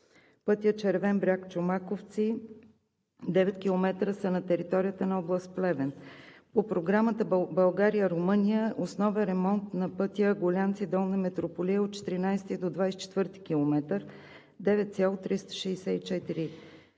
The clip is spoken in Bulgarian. пътят Червен бряг – Чомаковци – 9 км са на територията на област Плевен. По Програмата „България – Румъния“ основен ремонт на пътя Гулянци – Долна Митрополия от 14 до 24 км – 9,364 км